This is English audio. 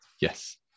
Yes